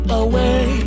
away